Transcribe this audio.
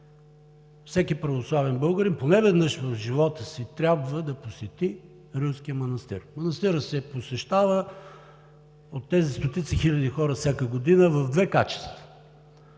всеки православен българин поне веднъж в живота си трябва да посети Рилския манастир. Манастирът се посещава от тези стотици, хиляди хора всяка година в две качества.